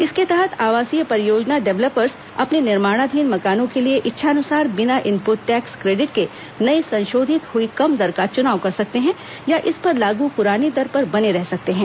इसके तहत आवासीय परियोजना डेवलपर्स अपने निर्माणाधीन मकानों के लिए इच्छानुसार बिना इनपुट टैक्स क्रेडिट के नई संशोधित हुई कम दर का चुनाव कर सकते हैं या इस पर लागू पुरानी दर पर बने रह सकते हैं